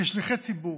כשליחי ציבור,